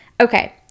okay